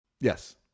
Yes